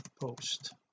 post